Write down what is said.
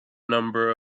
number